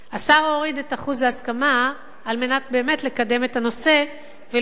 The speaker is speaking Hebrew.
השר הוריד את אחוז ההסכמה כדי באמת לקדם את הנושא ולהביא